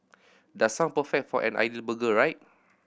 does sound perfect for an ideal burger right